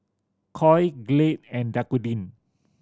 Koi Glade and Dequadin